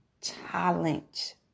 challenge